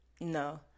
No